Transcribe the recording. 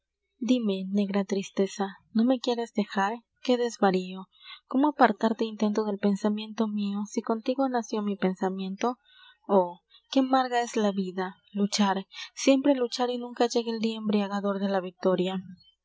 dime negra tristeza no me quieres dejar qué desvarío cómo apartarte intento del pensamiento mio si contigo nació mi pensamiento oh qué amarga es la vida luchar siempre luchar y nunca llega el dia embriagador de la victoria